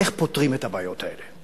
איך פותרים את הבעיות האלה,